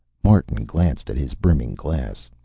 martin glanced at his brimming glass.